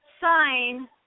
sign